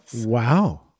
Wow